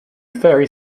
ferry